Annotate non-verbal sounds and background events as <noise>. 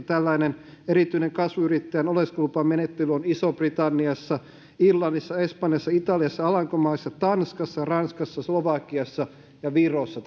<unintelligible> tällainen erityinen kasvuyrittäjän oleskelulupamenettely on iso britanniassa irlannissa espanjassa italiassa alankomaissa tanskassa ranskassa slovakiassa ja virossa <unintelligible>